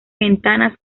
ventanas